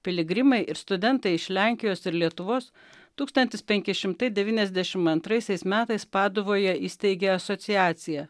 piligrimai ir studentai iš lenkijos ir lietuvos tūkstantis penki šimtai devyniasdešim antraisiais metais paduvoje įsteigė asociaciją